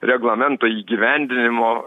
reglamento įgyvendinimo